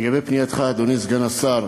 לגבי פנייתך, אדוני סגן השר,